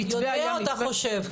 אתה יודע או שאתה חושב?